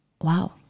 Wow